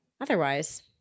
otherwise